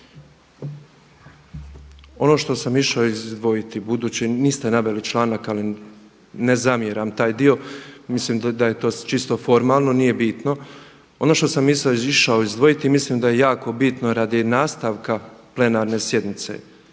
Ono što sam izdvojiti budući niste naveli članak, ali ne zamjeram taj dio, mislim da je to čisto formalno, nije bitno. Ono što sam išao izdvojiti mislim da je jako bitno radi nastavka plenarne sjednice